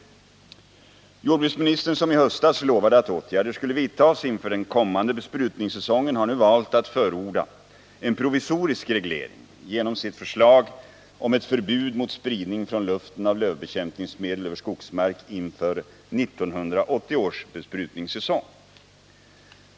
Vidare har jordbruksministern, som i höstas lovade att åtgärder skulle vidtas inför den kommande besprutningssäsongen, nu valt att förorda en provisorisk reglering genom sitt förslag om ett förbud mot spridning från luften av lövbekämpningsmedel över skogsmark inför 1980 års besprutningssäsong.